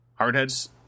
Hardheads